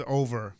over